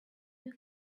you